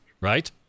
right